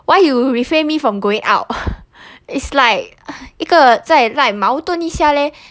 why you refrain me from going out it's like 一个在 like 矛盾一下 leh